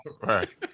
Right